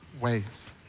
ways